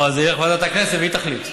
אז זאת ועדת הכנסת, והיא תחליט.